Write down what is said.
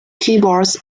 keyboards